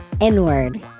N-word